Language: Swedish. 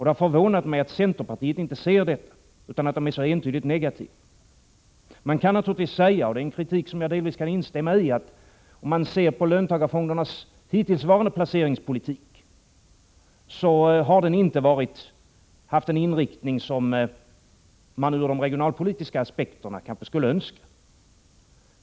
Det har förvånat mig att centerpartiet inte ser detta utan är så entydigt negativt. Man kan naturligtvis säga — och det är en kritik som jag delvis kan instämma i — att löntagarfondernas hittillsvarande placeringspolitik inte har haft den inriktning som man ur de regionalpolitiska aspekterna kanske skulle önska.